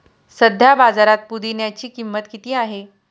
सध्या बाजारात पुदिन्याची किंमत किती आहे?